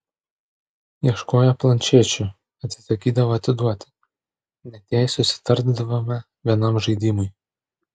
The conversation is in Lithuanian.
ieškojo planšečių atsisakydavo atiduoti net jei susitardavome vienam žaidimui